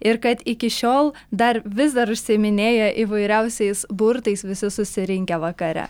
ir kad iki šiol dar vis dar užsiiminėja įvairiausiais burtais visi susirinkę vakare